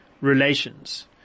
relations